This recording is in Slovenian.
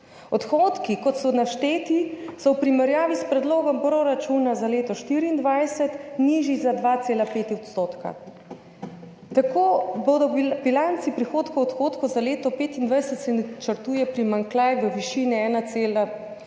Odhodki, kot so našteti, so v primerjavi s predlogom proračuna za leto 2024 nižji za 2,5 %. Tako se v bilanci prihodkov in odhodkov za leto 2025 načrtuje primanjkljaj v višini 1,2,